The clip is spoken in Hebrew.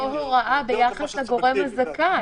או הוראה ביחס לגורם הזכאי.